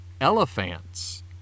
elephants